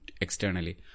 externally